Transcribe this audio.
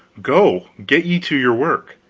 go get ye to your work.